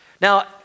Now